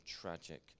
tragic